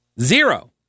zero